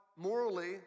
morally